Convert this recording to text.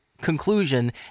conclusion